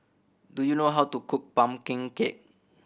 do you know how to cook pumpkin cake